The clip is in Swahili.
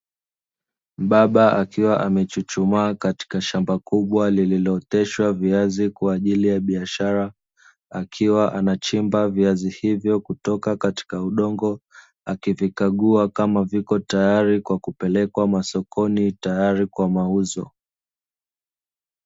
Mbaba akiwa amechuchumaa katika shamba kubwa lililooteshwa viazi kwa ajili ya biashara, akiwa anachimba viazi hivyo kutoka katika udongo, akivikagua kama viko tayari kwa kupelekwa masokoni tayari kwa mauzo.